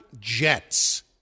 Jets